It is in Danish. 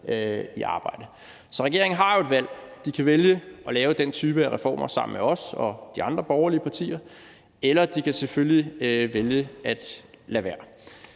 i arbejde. Så regeringen har jo et valg: Den kan vælge at lave den type af reformer sammen med os og de andre borgerlige partier, eller den kan selvfølgelig vælge at lade være.